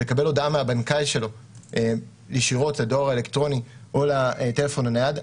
ולקבל הודעה מהבנקאי שלו ישירות לדואר האלקטרוני או לטלפון הנייד.